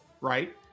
right